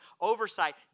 oversight